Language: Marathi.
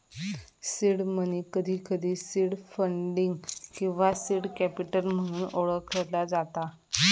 सीड मनी, कधीकधी सीड फंडिंग किंवा सीड कॅपिटल म्हणून ओळखला जाता